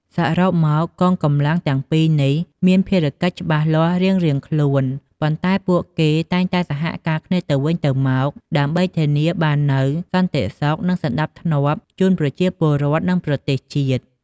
សរុបមក កងកម្លាំងទាំងពីរនេះមានភារកិច្ចច្បាស់លាស់រៀងៗខ្លួន ប៉ុន្តែពួកគេតែងតែសហការគ្នាទៅវិញទៅមកដើម្បីធានាបាននូវសន្តិសុខ និងសណ្តាប់ធ្នាប់ជូនប្រជាពលរដ្ឋ និងប្រទេសជាតិ។